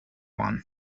one